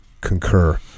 Concur